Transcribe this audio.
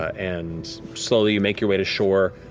and slowly, you make your way to shore,